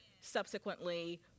subsequently